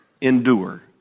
endure